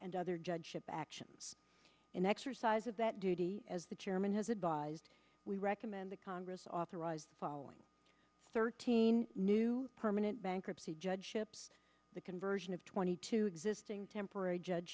and other judgeship actions an exercise of that duty as the chairman has advised we recommend the congress authorized following thirteen new permanent bankruptcy judge ships the conversion of twenty two temporary